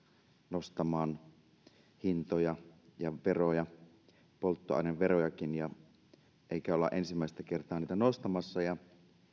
nostamaan hintoja ja veroja polttoaineverojakin eikä olla ensimmäistä kertaa niitä nostamassa ja